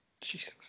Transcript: Jesus